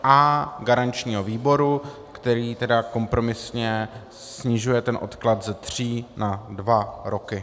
A garančního výboru, který kompromisně snižuje ten odklad ze tří na dva roky.